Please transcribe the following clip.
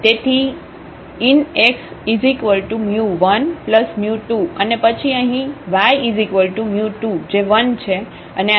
તેથી inx12 અને પછી અહીં y2જે 1 છે અને આ z 2μ1